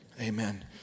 Amen